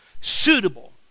Suitable